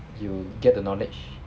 you get the knowledge